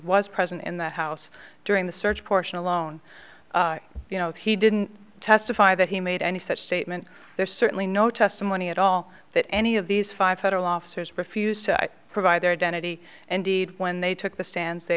was present in the house during the search portion alone you know he didn't testify that he made any such statement there's certainly no testimony at all that any of these five had a loft has refused to provide their identity and deed when they took the stan